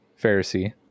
Pharisee